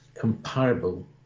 comparable